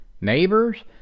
neighbors